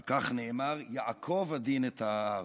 על כך נאמר: יעקב הדין את ההר.